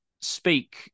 speak